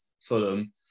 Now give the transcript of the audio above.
Fulham